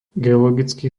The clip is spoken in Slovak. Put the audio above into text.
geologický